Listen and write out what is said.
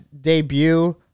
debut